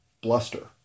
bluster